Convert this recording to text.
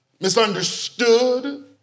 misunderstood